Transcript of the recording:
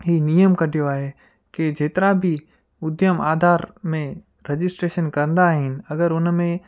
हीउ नेमु कढियो आहे की जेतिरा बि उधयम आधार में रजिस्ट्रेशन कंदा आहिनि अगरि उन में